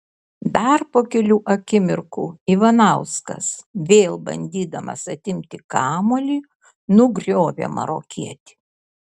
dar po kelių akimirkų ivanauskas vėl bandydamas atimti kamuolį nugriovė marokietį